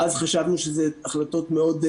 אז חשבנו שאלה החלטות מאוד,